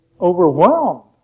overwhelmed